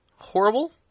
Horrible